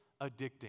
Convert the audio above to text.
addicting